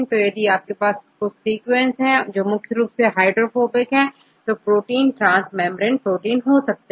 तोयदि आपके पास कुछ सीक्वेंसेस हैं जो मुख्य रूप से हाइड्रोफोबिक है तो यह प्रोटीन ट्रांस मेंब्रेन प्रोटीन हो सकते हैं